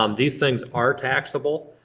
um these things are taxable.